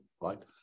right